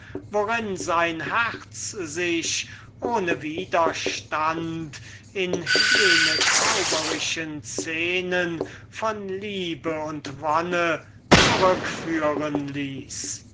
worin sein herz sich ohne widerstand in diese zauberischen szenen von liebe und wonne zurückführen ließ